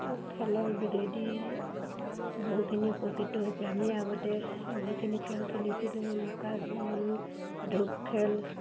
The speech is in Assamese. খেলৰ যোগেদি বহুখিনি উপকৃত হৈছে আমি আগতে যিখিনি খেল খেলিছিলোঁ লুকাচুৰ ধূপ খেল